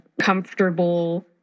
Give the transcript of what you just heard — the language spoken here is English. comfortable